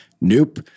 nope